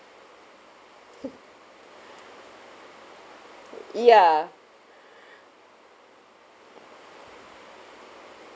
ya